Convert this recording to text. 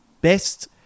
best